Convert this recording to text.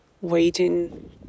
waiting